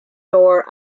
door